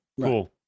Cool